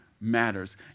matters